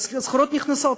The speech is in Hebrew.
הסחורות נכנסות.